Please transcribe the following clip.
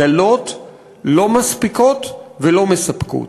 דלות, לא מספיקות ולא מספקות.